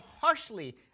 harshly